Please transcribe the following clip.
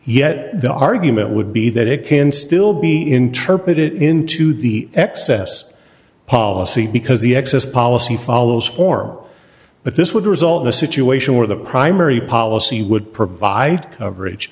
yet the argument would be that it can still be interpreted into the excess policy because the excess policy follows whore but this would result in a situation where the primary policy would provide coverage